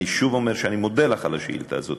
ואני שוב אומר שאני מודה לך על השאילתה הזאת,